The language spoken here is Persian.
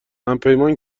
همپیمان